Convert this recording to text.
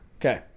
Okay